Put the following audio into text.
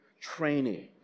training